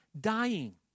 dying